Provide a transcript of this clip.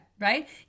right